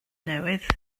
newydd